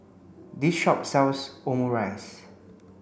this shop sells Omurice